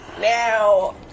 now